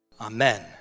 Amen